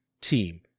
team